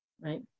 right